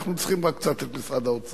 אנחנו צריכים רק קצת את משרד האוצר.